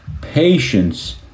Patience